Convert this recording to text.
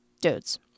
Dudes